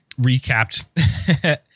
recapped